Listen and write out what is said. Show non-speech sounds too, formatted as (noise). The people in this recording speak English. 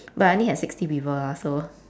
(noise) but I only had sixty people lah so